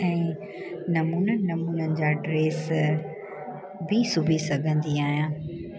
ऐं नमूननि नमूननि जा ड्रेस बि सिबी सघंदी आहियां